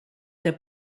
der